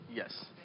Yes